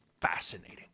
fascinating